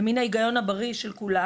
ומן ההיגיון הבריא של כולם,